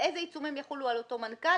איזה עיצומים יחולו על אותו מנכ"ל,